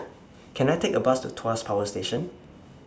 Can I Take A Bus to Tuas Power Station